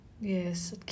Yes